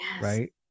Right